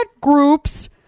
groups